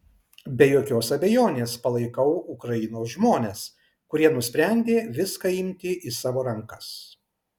be jokios abejonės palaikau ukrainos žmones kurie nusprendė viską imti į savo rankas